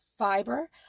fiber